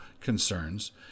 concerns